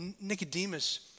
Nicodemus